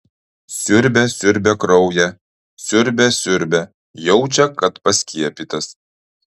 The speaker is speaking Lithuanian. siurbia siurbia kraują siurbia siurbia jaučia kad paskiepytas